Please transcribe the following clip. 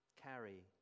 carry